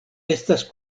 estas